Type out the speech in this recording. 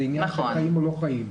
זה עניין של חיים או לא חיים.